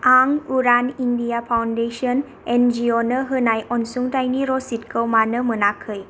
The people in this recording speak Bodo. आं उरान India foundation N G O नो होनाय अनसुंथायनि रसिदखौ मानो मोनाखै